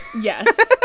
Yes